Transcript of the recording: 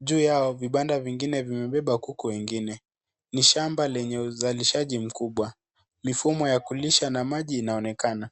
Juu yao vibanda vingine vimebeba kuku wengine. Ni shamba lenye uzalishaji mkubwa. Mifumo ya kulisha na maji inaonekana.